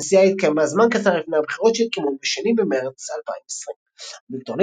הנסיעה התקיימה זמן קצר לפני הבחירות שהתקיימו ב-2 במרץ 2020. אביגדור